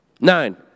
Nine